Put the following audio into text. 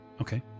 Okay